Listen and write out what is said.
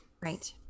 Right